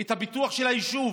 את הפיתוח של היישוב.